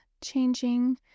changing